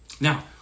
Now